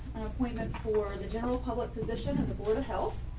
appointment for the general public position as a board of health.